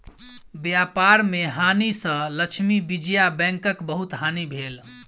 व्यापार में हानि सँ लक्ष्मी विजया बैंकक बहुत हानि भेल